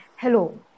Hello